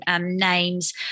names